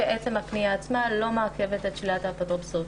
שעצם הפנייה עצמה לא מעכבת את שלילת האפוטרופסות.